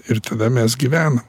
ir tada mes gyvenam